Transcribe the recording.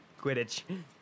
Quidditch